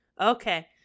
okay